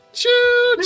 choo